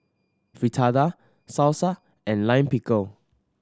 Fritada Salsa and Lime Pickle